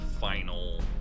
final